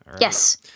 Yes